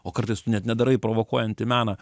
o kartais tu net nedarai provokuojantį meną